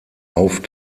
auf